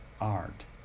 art